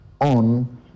on